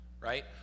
right